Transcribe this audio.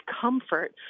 comfort